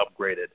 upgraded